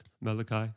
Malachi